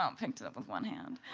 um picked it up with one hand.